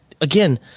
again